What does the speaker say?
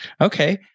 Okay